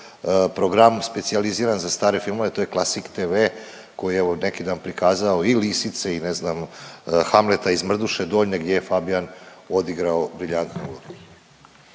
program specijaliziran za stare filmove to je Klasik TV koji je evo neki dan prikazao i Lisice i ne znam Hamleta iz Mrduše Donje gdje je Fabijan odigrao briljantnu ulogu.